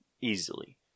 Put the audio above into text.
Easily